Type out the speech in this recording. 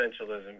essentialism